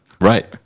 Right